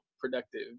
productive